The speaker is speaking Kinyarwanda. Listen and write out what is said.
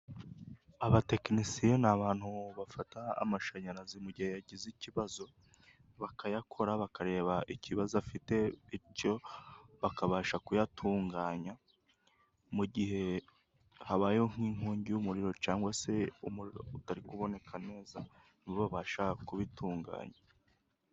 Abatekinisiye ni abantu bafata amashanyarazi mu gihe yagize ikibazo bakayakora, bakareba ikibazo afite bityo bakabasha kuyatunganya, mu gihe habayeho nk'inkongi y'umuriro cyangwa se umuriro utari kuboneka neza, ni bo babasha kubitunganya.